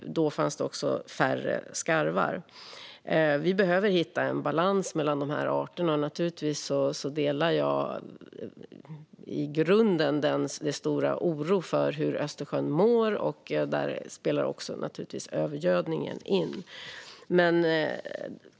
Då fanns också färre skarvar. Vi behöver hitta en balans mellan dessa arter. Naturligtvis delar jag i grunden den stora oron för hur Östersjön mår. Där spelar också övergödningen in.